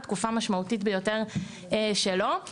תקופה משמעותית ביותר שלו,